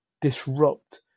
disrupt